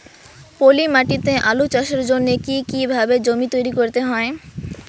পলি মাটি তে আলু চাষের জন্যে কি কিভাবে জমি তৈরি করতে হয়?